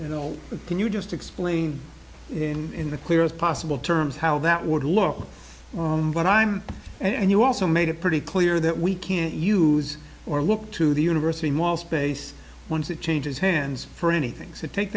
you know can you just explain in the clearest possible terms how that would look but i'm and you also made it pretty clear that we can't use or look to the university mall space once it changes hands for anything so take